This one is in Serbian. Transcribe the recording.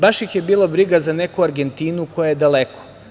Baš ih je bilo briga za neku Argentinu koja je daleko.